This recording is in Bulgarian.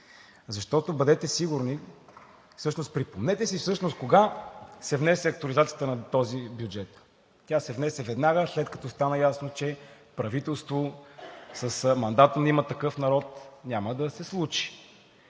начин ще си измие ръцете. Припомнете си кога се внесе актуализацията на този бюджет? Тя се внесе веднага, след като стана ясно, че правителство с мандата на „Има такъв народ“ няма да се случи.